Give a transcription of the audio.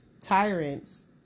tyrants